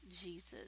Jesus